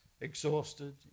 exhausted